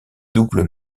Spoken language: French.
double